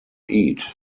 eat